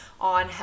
on